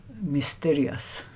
mysterious